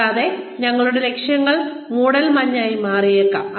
കൂടാതെ ഞങ്ങളുടെ ലക്ഷ്യങ്ങൾ മൂടൽമഞ്ഞായി മാറിയേക്കാം